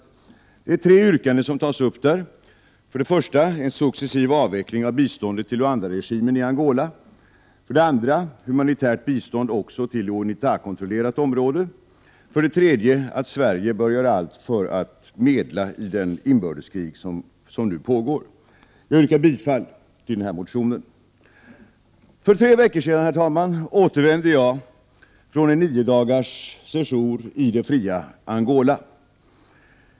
I motionen tas tre yrkanden upp. För det första krävs en successiv avveckling av biståndet till Luandaregimen i Angola. För det andra bör humanitärt bistånd även gå till Unitakontrollerat område. För det tredje bör Sverige göra allt för att medla i det inbördeskrig som nu pågår. Jag yrkar bifall till motionen. För tre veckor sedan, herr talman, återvände jag från en niodagars sejour i det fria Angola.